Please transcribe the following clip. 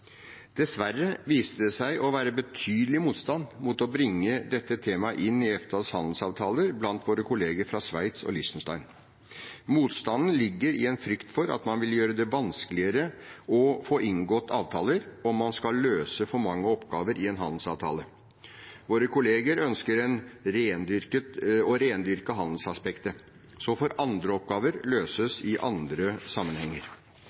Dessverre viste det seg å være betydelig motstand mot å bringe dette temaet inn i EFTAs handelsavtaler blant våre kolleger fra Sveits og Liechtenstein. Motstanden ligger i en frykt for at man vil gjøre det vanskeligere å få inngått avtaler om man skal løse for mange oppgaver i en handelsavtale. Våre kolleger ønsker å rendyrke handelsaspektet, så får andre oppgaver løses i andre sammenhenger.